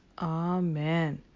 Amen